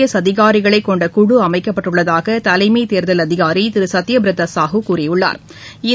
S அதிகாரிகளைக் கொண்ட குழு அமைக்கப்பட்டுள்ளதாக தலைமை தேர்தல் அதிகாரி திரு சத்யபிரதா சாஹூ கூறியுள்ளா்